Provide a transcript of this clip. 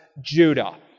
Judah